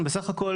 ולא בכדי,